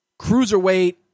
Cruiserweight